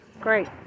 Great